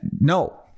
No